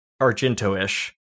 Argento-ish